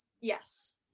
yes